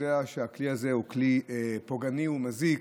יודע שהכלי הזה הוא כלי פוגעני ומזיק,